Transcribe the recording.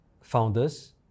founders